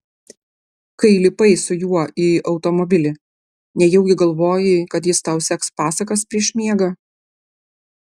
kai lipai su juo į automobilį nejaugi galvojai kad jis tau seks pasakas prieš miegą